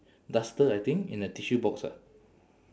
duster I think and a tissue box ah